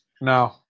No